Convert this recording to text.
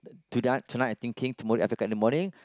the tonight tonight I thinking tomorrow I wake up in the morning